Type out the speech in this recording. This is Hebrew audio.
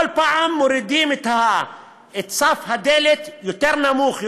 כל פעם מורידים את סף הדלת יותר נמוך,